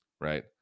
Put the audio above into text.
right